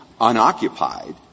unoccupied